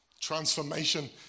Transformation